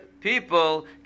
People